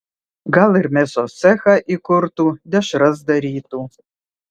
gal ir mėsos cechą įkurtų dešras darytų